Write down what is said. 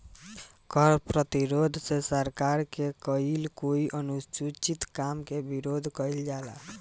कर प्रतिरोध से सरकार के कईल कोई अनुचित काम के विरोध कईल जाला